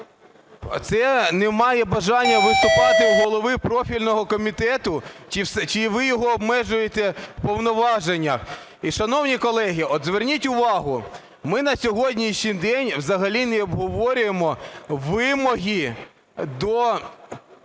Це немає бажання виступати у голови профільного комітету чи ви його обмежуєте повноваження? І от, шановні колеги, зверніть увагу, ми на сьогоднішній день взагалі не обговорюємо вимоги до